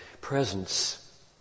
presence